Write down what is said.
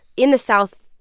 in the south,